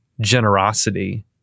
generosity